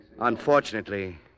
Unfortunately